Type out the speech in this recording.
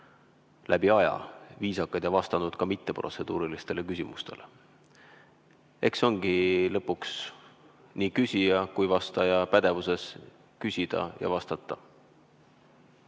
läbi aja viisakad ja vastanud ka mitteprotseduurilistele küsimustele. Eks see ongi lõpuks nii küsija kui ka vastaja pädevuses, küsida ja vastata.